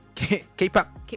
K-pop